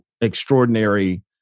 extraordinary